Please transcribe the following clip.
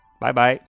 Bye-bye